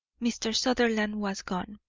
mr. sutherland was gone.